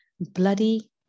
bloody